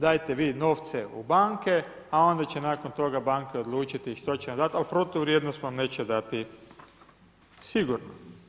Dajte vi novce u banke, a onda će nakon toga banke odlučiti što će vam dati, ali protuvrijednost vam neće dati sigurno.